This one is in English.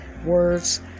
words